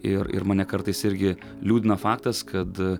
ir ir mane kartais irgi liūdina faktas kad